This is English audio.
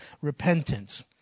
Repentance